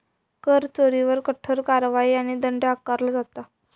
कर चोरीवर कठोर कारवाई आणि दंड आकारलो जाता